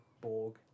Borg